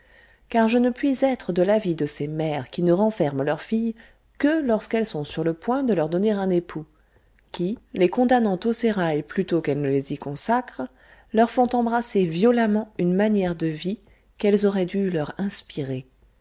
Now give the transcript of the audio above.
car je ne puis être de l'avis de ces mères qui ne renferment leurs filles que lorsqu'elles sont sur le point de leur donner un époux qui les condamnant au sérail plutôt qu'elles ne les y consacrent leur font embrasser violemment une manière de vie qu'elles auroient dû leur inspirer